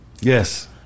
yes